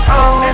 on